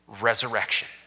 resurrection